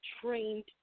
trained